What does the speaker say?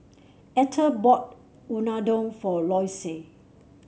Etter bought Unadon for Loyce